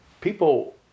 people